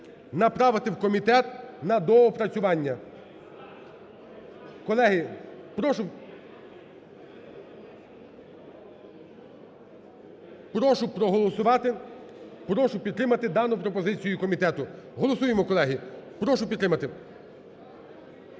направити в комітет на доопрацювання. Колеги, прошу проголосувати. Прошу підтримати дану пропозицію комітету. Голосуємо, колеги. Прошу підтримати.